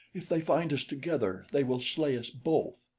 if they find us together they will slay us both.